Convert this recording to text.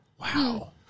wow